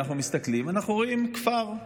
אנחנו מסתכלים ואנחנו רואים כפר,